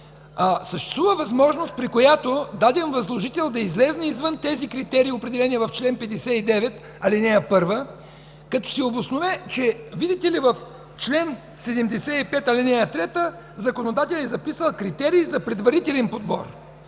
съществува възможност, при която даден възложител да излезе извън критериите, определени в чл. 59, ал. 1, като се обоснове, че, видите ли, в чл. 75, ал. 3 законодателят е записал: критерии за предварителен подбор.